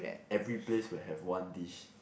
every place will have one dish